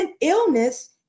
illness